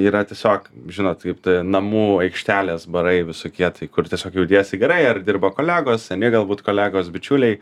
yra tiesiog žinot kaip namų aikštelės barai visokie tai kur tiesiog jautiesi gerai ar dirba kolegos seni galbūt kolegos bičiuliai